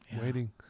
waiting